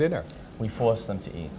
dinner we force them to eat